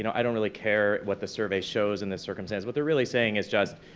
you know i don't really care what the survey shows in this circumstance, what they're really saying is just,